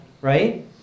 right